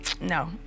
No